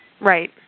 Right